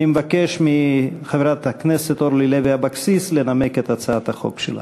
אני מבקש מחברת הכנסת אורלי לוי אבקסיס לנמק את הצעת החוק שלה.